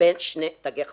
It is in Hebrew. בין שני תגי חניה.